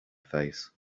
face